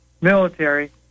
military